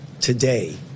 today